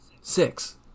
Six